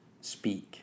speak